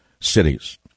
cities